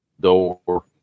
door